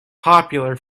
popular